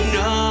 no